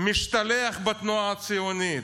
משתלח בתנועה הציונית,